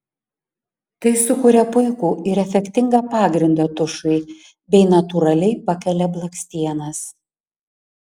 tai sukuria puikų ir efektingą pagrindą tušui bei natūraliai pakelia blakstienas